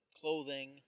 clothing